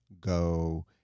go